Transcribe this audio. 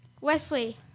Wesley